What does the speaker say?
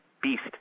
beast